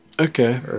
Okay